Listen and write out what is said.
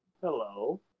Hello